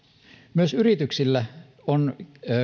myös yrityksillä on